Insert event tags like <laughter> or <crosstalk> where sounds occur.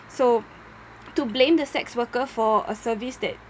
so <noise> to blame the sex worker for a service that